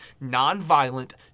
non-violent